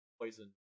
poison